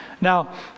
now